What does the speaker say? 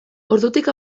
ordutik